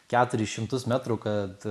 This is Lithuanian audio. keturis šimtus metrų kad